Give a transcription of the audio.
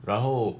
然后